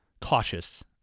cautious